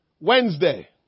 Wednesday